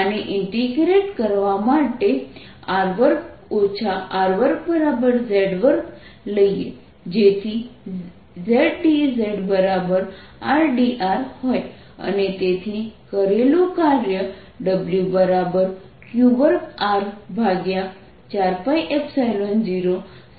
આને ઇન્ટીગ્રેટ કરવા માટે r2 R2z2 લઈએ જેથી zdzrdr હોય અને તેથી કરેલું કાર્ય Wq2R4π0r02 R2zdzz4 છે